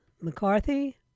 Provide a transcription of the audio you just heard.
McCarthy